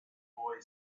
boy